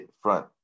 front